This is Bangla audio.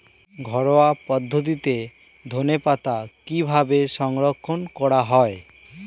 ঘরোয়া পদ্ধতিতে ধনেপাতা কিভাবে সংরক্ষণ করা হয়?